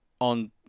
on